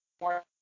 more